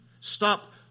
stop